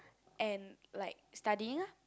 and like studying ah